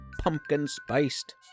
pumpkin-spiced